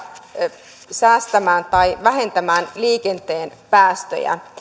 säästämään tai vähentämään liikenteen päästöjä